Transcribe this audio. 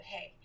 Hey